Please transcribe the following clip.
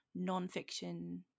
nonfiction